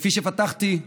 כפי שפתחתי,